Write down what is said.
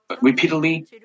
repeatedly